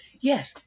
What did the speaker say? Yes